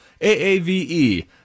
AAVE